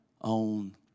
on